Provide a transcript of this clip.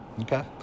Okay